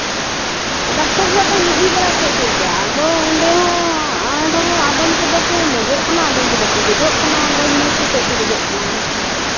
doctor ᱚᱲᱟᱜ ᱫᱚᱧ ᱤᱫᱤ ᱵᱟᱲᱟ ᱠᱮᱫ ᱠᱚᱜᱮᱭᱟ ᱟᱫᱚ ᱚᱸᱰᱮ ᱦᱚᱸ ᱮᱱ ᱨᱮᱦᱚᱸ ᱟᱫᱚᱢ ᱠᱚᱫᱚ ᱠᱚ ᱢᱚᱡᱚᱜ ᱠᱟᱱᱟ ᱟᱫᱚᱢ ᱠᱚᱫᱚ ᱠᱚ ᱜᱚᱡᱚᱜ ᱠᱟᱱᱟ ᱢᱚᱡᱽ ᱢᱚᱡᱽ ᱠᱟᱛᱮᱫ ᱠᱚ ᱜᱚᱡᱚᱜ ᱠᱟᱱᱟ